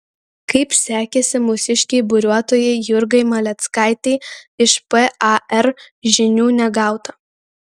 kaip sekėsi mūsiškei buriuotojai jurgai maleckaitei iš par žinių negauta